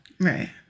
Right